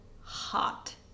hot